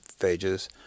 phages